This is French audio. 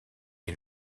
est